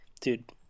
dude